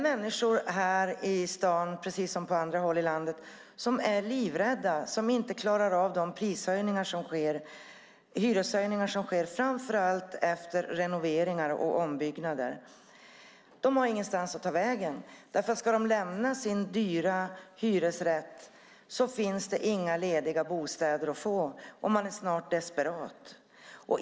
Människor här i staden, liksom på andra håll i landet, är livrädda och klarar inte av de hyreshöjningar som sker framför allt efter renoveringar och ombyggnader. De har ingenstans att ta vägen. Ska de lämna sin dyra hyresrätt finns det inga lediga bostäder att få, och de är snart desperata.